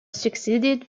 succeeded